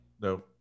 No